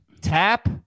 Tap